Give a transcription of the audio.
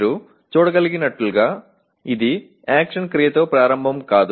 మీరు చూడగలిగినట్లుగా ఇది యాక్షన్ క్రియతో ప్రారంభం కాదు